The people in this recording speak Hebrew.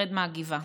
רד מהגבעה.